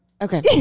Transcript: Okay